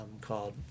called